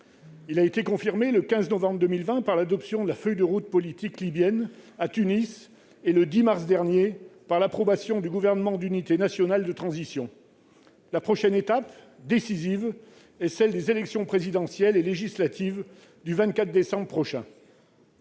Il a été confirmé, le 15 novembre 2020, par l'adoption de la feuille de route politique libyenne à Tunis et, le 10 mars dernier, par l'approbation du Gouvernement d'unité nationale de transition. La prochaine étape, décisive, est celle des élections présidentielle et législatives du 24 décembre prochain.